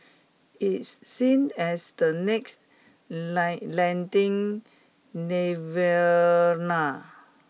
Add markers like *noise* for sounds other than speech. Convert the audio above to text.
it's seen as the next *unintelligible* lending nirvana